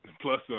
Plus